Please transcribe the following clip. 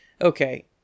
okay